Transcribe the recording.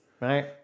right